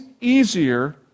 easier